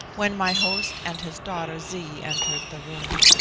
when my host and his daughter zee entered the room.